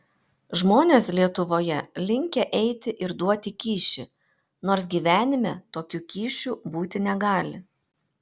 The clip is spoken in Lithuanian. žmonės lietuvoje linkę eiti ir duoti kyšį nors gyvenime tokių kyšių būti negali